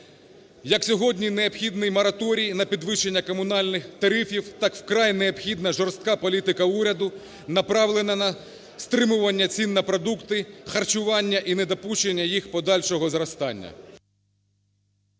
Як сьогодні необхідний мораторій на підвищення комунальних тарифів, так вкрай необхідна жорстка політика уряду, направлена на стримування цін на продукти харчування і недопущення їх подальшого зростання.